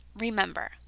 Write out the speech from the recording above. remember